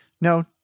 No